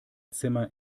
zimmer